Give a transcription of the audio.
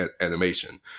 animation